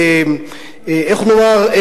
איך נאמר,